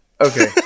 Okay